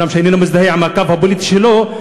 אומנם אני לא מזדהה עם הקו הפוליטי שלו,